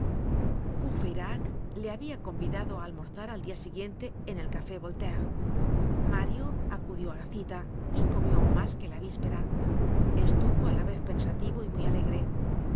courfeyrac le habia convidado á almorzar al dia siguiente en el café voltaire mario acudió á la cita y comió aun mas que la víspera estuvo á la vez pensativo y muy alegre